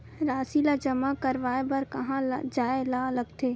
राशि ला जमा करवाय बर कहां जाए ला लगथे